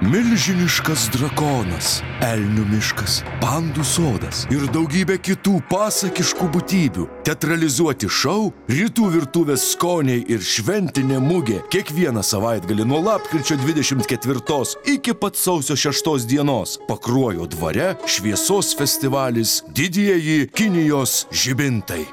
milžiniškas drakonas elnių miškas pandų sodas ir daugybė kitų pasakiškų būtybių teatralizuoti šou rytų virtuvės skoniai ir šventinė mugė kiekvieną savaitgalį nuo lapkričio dvidešimt ketvirtos iki pat sausio šeštos dienos pakruojo dvare šviesos festivalis didieji kinijos žibintai